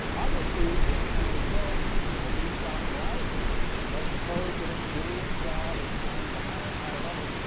obviously, with mho, we're hoping the stock rises. and let's suppose that it's doing its job. it's climbing to higher and higher levels.